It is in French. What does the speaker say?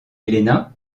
helena